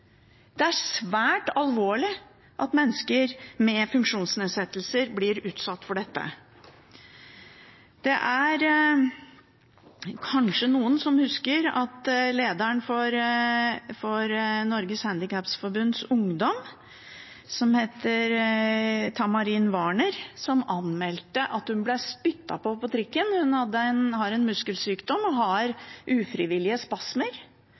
er kanskje noen som husker at lederen for Norges Handikapforbunds Ungdom, som heter Tamarin Varner, anmeldte at hun ble spyttet på på trikken. Hun har en muskelsykdom og har ufrivillige spasmer,